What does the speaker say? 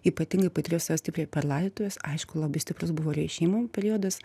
ypatingai patyriau save stipriai per laidotuves aišku labai stiprus buvo režimų periodas